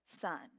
son